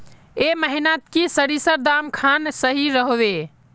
ए महीनात की सरिसर दाम खान सही रोहवे?